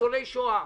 מניצולי שואה.